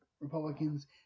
Republicans